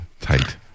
Tight